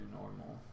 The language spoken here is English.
normal